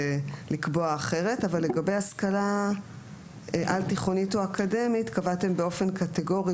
אבל לגבי השכלה על-תיכונית או אקדמית קבעתם באופן קטגורי,